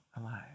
alive